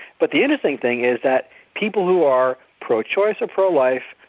but the interesting thing is that people who are pro-choice or pro-life,